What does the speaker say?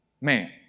man